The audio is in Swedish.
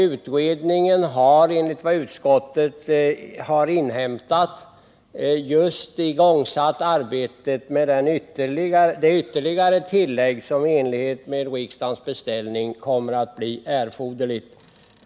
Utredningen har enligt vad utskottet inhämtat just igångsatt arbetet med det ytterligare tillägg som i enlighet med riksdagens beställning kommer att bli erforderligt.